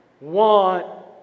want